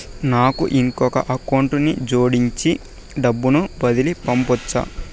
నాకు ఇంకొక అకౌంట్ ని జోడించి డబ్బును బదిలీ పంపొచ్చా?